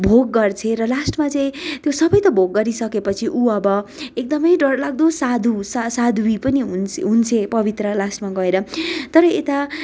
भोग गर्छे र लास्टमा चाहिँ त्यो सबै त भोग गरिसकेपछि ऊ अब एकदमै डरलाग्दो साधु साधुवी पनि हुन्छे पवित्र लास्टमा गएर तर यता